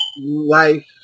life